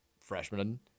freshman